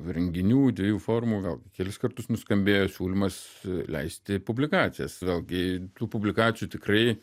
renginių dviejų formų vėl kelis kartus nuskambėjo siūlymas leisti publikacijas vėlgi tų publikacijų tikrai